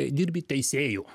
dirbi teisėju